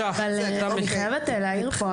אני חייבת להעיר פה,